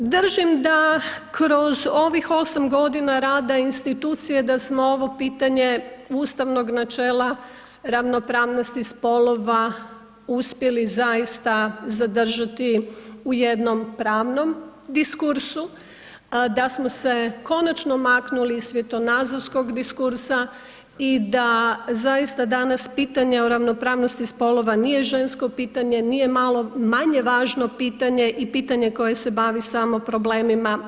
Držim da kroz ovih 8 godina rada institucije da smo ovo pitanje ustavnog načela ravnopravnosti spolova uspjeli zaista zadržati u jednom pravnom diskursu a da smo se konačno maknuli iz svjetonazorskog diskursa i da zaista danas pitanje o ravnopravnosti spolova nije žensko pitanje nije malo manje važno pitanje i pitanje koje se bavi samo problemima.